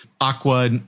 Aqua